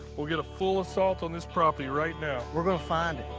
we'll get a full assault on this property right now. we're gonna find